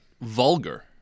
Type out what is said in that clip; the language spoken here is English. Vulgar